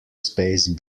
space